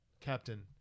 Captain